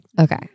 Okay